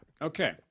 Okay